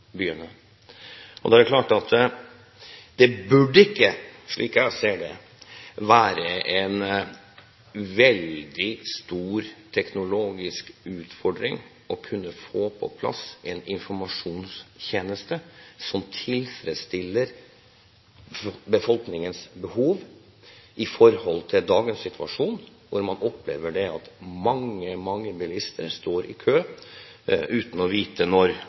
er klart at det burde ikke – slik jeg ser det – være en veldig stor teknologisk utfordring å få på plass en informasjonstjeneste som tilfredsstiller befolkningens behov i dagens situasjon. Man opplever at mange, mange bilister står i kø uten å vite om det går en kolonne, når